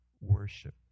worship